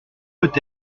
peut